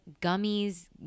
gummies